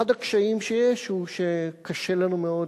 אחד הקשיים שיש הוא שקשה לנו מאוד